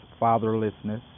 fatherlessness